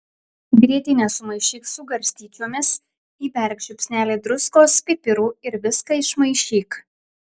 grietinę sumaišyk su garstyčiomis įberk žiupsnelį druskos pipirų ir viską išmaišyk